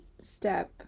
step